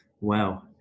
Wow